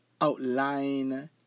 outline